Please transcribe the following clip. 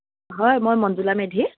হয় মই মঞ্জুলা মেধি